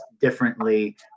differently